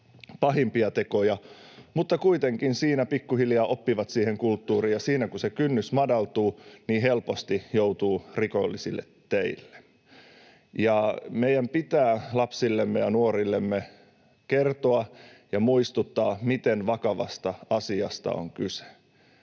pahimpia tekoja, mutta kuitenkin siinä pikkuhiljaa oppivat siihen kulttuuriin, ja kun siinä kynnys madaltuu, niin helposti joutuu rikollisille teille. Meidän pitää lapsillemme ja nuorillemme kertoa ja muistuttaa, miten vakavasta asiasta on kyse.